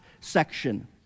section